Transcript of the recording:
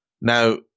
Now